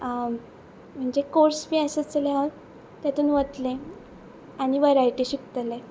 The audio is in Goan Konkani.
कोर्स बी आसा जाल्यार हांव तातूंत वतले आनी वरायटी शिकतलें